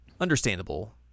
understandable